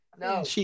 No